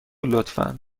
لطفا